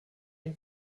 den